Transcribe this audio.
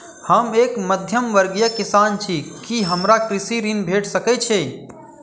हम एक मध्यमवर्गीय किसान छी, की हमरा कृषि ऋण भेट सकय छई?